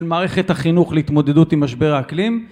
מערכת החינוך להתמודדות עם משבר האקלים